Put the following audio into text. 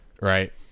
right